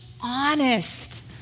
honest